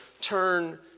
turn